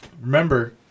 remember